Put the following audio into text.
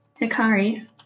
Hikari